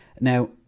now